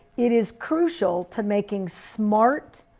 it is crucial to making smart,